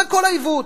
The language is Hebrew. זה כל העיוות.